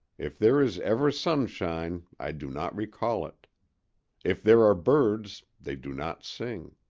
if there is ever sunshine i do not recall it if there are birds they do not sing.